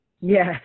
Yes